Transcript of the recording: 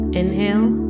inhale